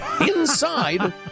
inside